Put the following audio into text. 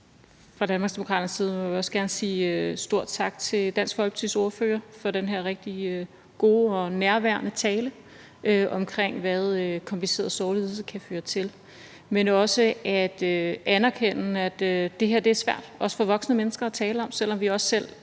Fra Danmarksdemokraternes side vil vi også gerne sige stor tak til Dansk Folkepartis ordfører for den her rigtig gode og nærværende tale om, hvad kompliceret sorglidelse kan føre til. Vi vil også anerkende, at det her er svært også for voksne mennesker at tale om. Selv om vi alle